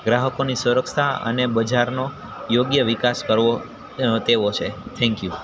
ગ્રાહકોની સુરક્ષા અને બજારનો યોગ્ય વિકાસ કરવો તેવો છે થેન્ક યુ